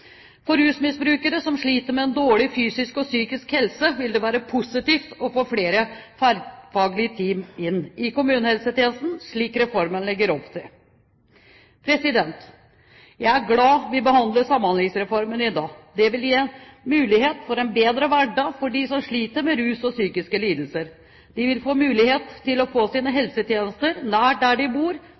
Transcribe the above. For rusmisbrukere som sliter med en dårlig fysisk og psykisk helse, vil det være positivt å få flere tverrfaglige team inn i kommunehelsetjenesten, slik reformen legger opp til. Jeg er glad for at vi behandler Samhandlingsreformen i dag. Det vil gi en mulighet for en bedre hverdag for dem som sliter med rus og psykiske lidelser. De vil få mulighet til å få sine helsetjenester nær der de bor,